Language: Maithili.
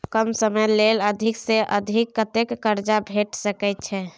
कम समय ले अधिक से अधिक कत्ते कर्जा भेट सकै छै?